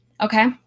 Okay